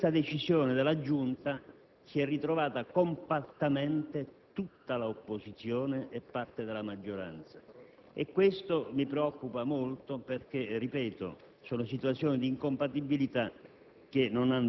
su questa decisione della Giunta si è ritrovata compattamente tutta la opposizione e parte della maggioranza, e questo mi preoccupa molto perché, ripeto, sono situazioni di incompatibilità